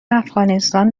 افغانستان